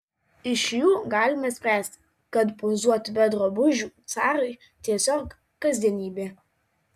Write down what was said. iš jų galime spręsti kad pozuoti be drabužių carai tiesiog kasdienybė